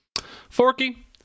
Forky